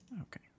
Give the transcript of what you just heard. Okay